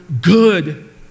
good